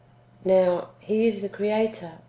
now he is the creator,